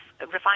Refine